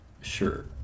sure